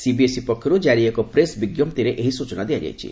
CBSE ପକ୍ଷରୁ ଜାରି ଏକ ପ୍ରେସ୍ ବିଞ୍ଜପ୍ତିରେ ଏହି ସୂଚନା ଦିଆଯାଇଛି